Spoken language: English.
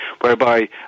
whereby